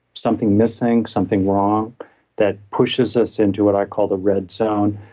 something missing, something wrong that pushes us into what i call the red zone.